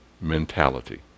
mentality